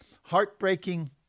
heartbreaking